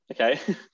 okay